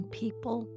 people